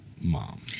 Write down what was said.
mom